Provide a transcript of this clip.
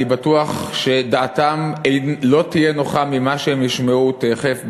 אני בטוח שדעתם לא תהיה נוחה ממה שהם ישמעו תכף,